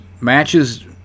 Matches